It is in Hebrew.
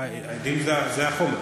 האדים זה החומר.